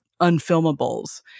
unfilmables